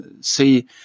see